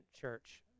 church